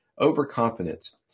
overconfidence